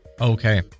Okay